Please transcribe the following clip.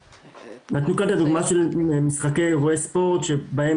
נתנו כאן את הדוגמה של אירועי ספורט שבהם